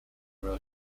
wrote